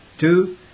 Two